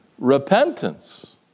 repentance